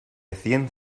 cien